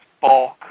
bulk